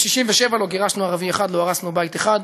ב-1967 לא גירשנו ערבי אחד, לא הרסנו בית אחד.